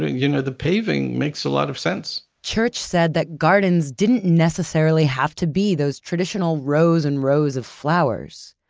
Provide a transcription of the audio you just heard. you know, the paving makes a lot of sense. church said that gardens didn't necessarily have to be those traditional rows and rows of flowers.